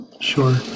Sure